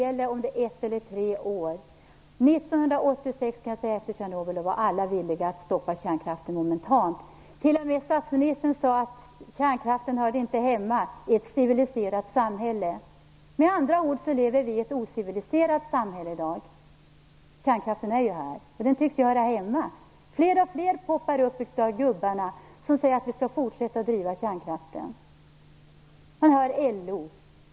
År 1986, efter Tjernobyl, var alla villiga att stoppa kärnkraften momentant. T.o.m. statsministern sade att kärnkraften inte hörde hemma i ett civiliserat samhälle. Med andra ord lever vi i ett ociviliserat samhälle i dag. Kärnkraften är ju här, och den tycks ju höra hemma här. Fler och fler poppar upp av gubbarna som säger att vi skall fortsätta driva kärnkraften. Man hör LO.